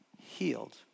healed